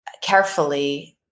carefully